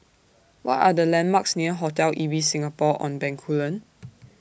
What Are The landmarks near Hotel Ibis Singapore on Bencoolen